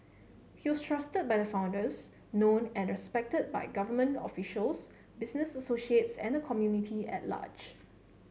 he was trusted by the founders known and respected by government officials business associates and the community at large